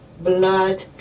blood